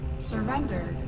Surrender